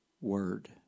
word